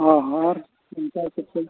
ᱦᱳᱭ ᱦᱳᱭ ᱟᱨ ᱚᱱᱠᱟ ᱠᱤᱪᱷᱩ